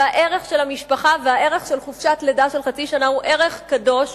והערך של המשפחה והערך של חופשת לידה של חצי שנה הוא ערך קדוש,